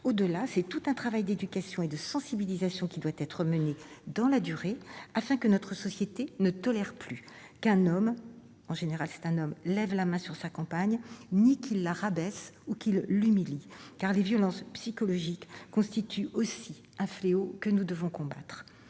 Au-delà, c'est tout un travail d'éducation et de sensibilisation qui doit être mené, dans la durée, afin que notre société ne tolère plus qu'un homme- c'est le cas le plus fréquent -lève la main sur sa compagne ni qu'il la rabaisse ou qu'il l'humilie, car les violences psychologiques constituent aussi un fléau que nous devons combattre.